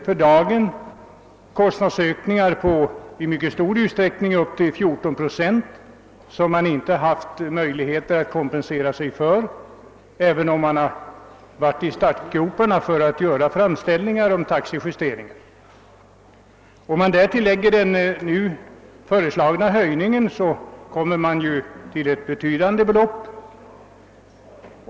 För dagen kan man notera kostnadsökningar på upp till 14 procent och som man inte haft någon möjlighet att kompensera sig för — även om vi legat i startgroparna för att göra framställningar om taxejusteringar. Om man därtill lägger den nu föreslagna höjningen, kommer man fram till betydande belopp.